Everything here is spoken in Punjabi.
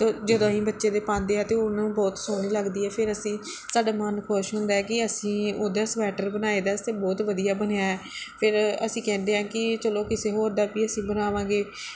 ਤਾਂ ਜਦੋਂ ਅਸੀਂ ਬੱਚੇ ਦੇ ਪਾਉਂਦੇ ਹਾਂ ਅਤੇ ਉਹਨੂੰ ਬਹੁਤ ਸੋਹਣੇ ਲੱਗਦੀ ਹੈ ਫਿਰ ਅਸੀਂ ਸਾਡਾ ਮਨ ਖੁਸ਼ ਹੁੰਦਾ ਹੈ ਕਿ ਅਸੀਂ ਉਹਦੇ ਸਵੈਟਰ ਬਣਾਏ ਸੀ ਬਹੁਤ ਵਧੀਆ ਬਣਿਆ ਫਿਰ ਅਸੀਂ ਕਹਿੰਦੇ ਹਾਂ ਕਿ ਚਲੋ ਕਿਸੇ ਹੋਰ ਦਾ ਵੀ ਅਸੀਂ ਬਣਾਵਾਂਗੇ